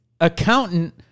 accountant